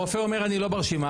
הרופא אומר: אני לא ברשימה,